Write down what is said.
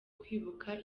kwibuka